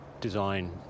design